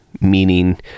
meaning